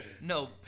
No